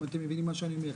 אם אתם מבינים מה אני אומר.